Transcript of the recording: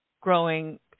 growing